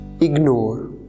ignore